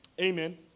Amen